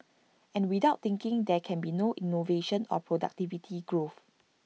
and without thinking there can be no innovation or productivity growth